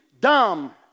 dumb